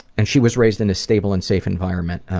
and she was raised in a stable and safe environment,